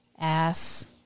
ass